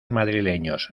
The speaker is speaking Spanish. madrileños